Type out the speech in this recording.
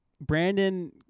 Brandon